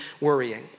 worrying